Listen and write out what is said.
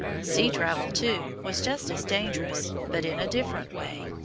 sea travel, too, was just as dangerous, but in a different way.